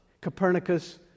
Copernicus